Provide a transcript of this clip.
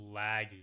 laggy